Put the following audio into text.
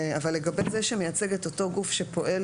אבל לגבי זה שמייצג את אותו גוף שפועל